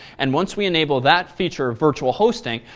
and once we enable that feature of virtual hosting,